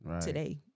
today